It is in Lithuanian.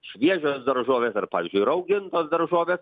šviežios daržovės ar pavyzdžiui raugintos daržovės